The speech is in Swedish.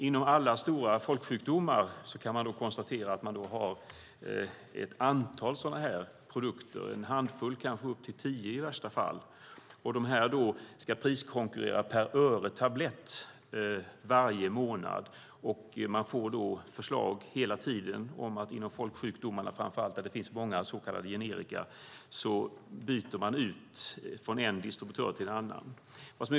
Inom alla stora folksjukdomar har man ett antal sådana här produkter, kanske upp till ett tiotal i värsta fall, och de ska priskonkurrera per öre tablett varje månad. Man får då förslag hela tiden att inom folksjukdomarna framför allt, där det finns många så kallade generika, byta från en distributör till en annan.